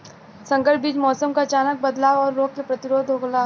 संकर बीज मौसम क अचानक बदलाव और रोग के प्रतिरोधक होला